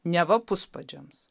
neva puspadžiams